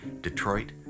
Detroit